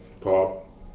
pop